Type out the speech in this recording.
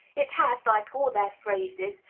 it has, like all their phrases,